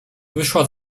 wyszła